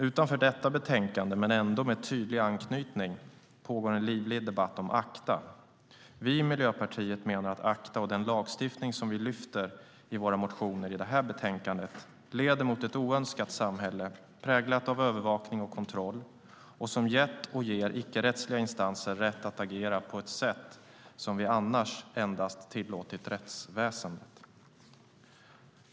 Utanför detta betänkande, men ändå med tydlig anknytning, pågår en livlig debatt om ACTA. Vi i Miljöpartiet menar att ACTA och den lagstiftning vi lyfter fram i våra motioner i detta betänkande leder mot ett oönskat samhälle som är präglat av övervakning och kontroll och som gett och ger icke-rättsliga instanser rätt att agera på ett sätt som vi annars endast tillåtit rättsväsendet.